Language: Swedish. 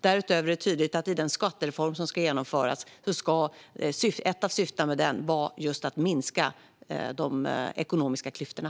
Dessutom är ett syfte med den skattereform som ska genomföras just att man ska minska de ekonomiska klyftorna.